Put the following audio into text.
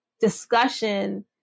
discussion